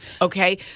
Okay